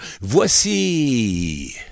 Voici